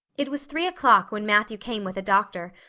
it was three o'clock when matthew came with a doctor,